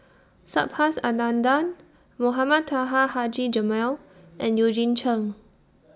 Subhas Anandan Mohamed Taha Haji Jamil and Eugene Chen